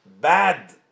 bad